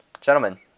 Gentlemen